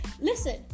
Listen